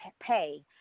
pay